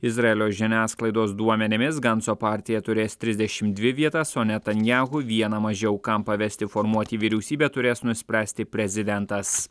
izraelio žiniasklaidos duomenimis ganso partija turės trisdešimt dvi vietas o netanyahu vieną mažiau kam pavesti formuoti vyriausybę turės nuspręsti prezidentas